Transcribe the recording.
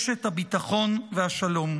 אשת הביטחון והשלום: